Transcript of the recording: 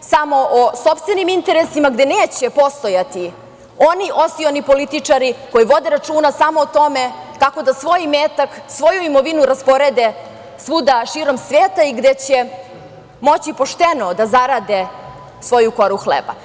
samo o sopstvenim interesima, gde neće postojati oni osioni političari koji vode računa samo o tome kako da svojim imetak, svoju imovinu rasporede svuda širom sveta i gde će moći pošteno da zarade svoju koru hleba.